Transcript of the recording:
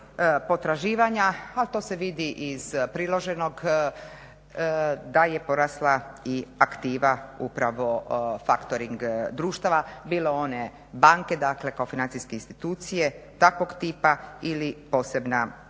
potraživanja, ali to se vidi iz priloženog da je porasla i aktiva upravo factoring društava, bilo one banke kao financijske institucije takvog tipa ili posebna